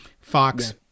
Fox